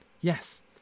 Yes